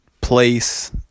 place